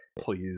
please